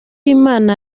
imana